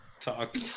talk